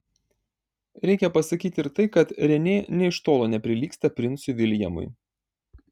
reikia pasakyti ir tai kad renė nė iš tolo neprilygsta princui viljamui